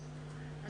בוקר טוב.